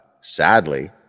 Sadly